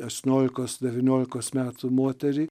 aštuoniolikos devyniolikos metų moterį